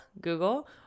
Google